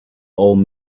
old